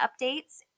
updates